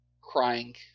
crying